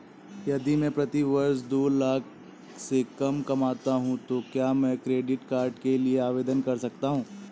यदि मैं प्रति वर्ष दो लाख से कम कमाता हूँ तो क्या मैं क्रेडिट कार्ड के लिए आवेदन कर सकता हूँ?